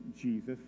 Jesus